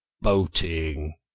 Boating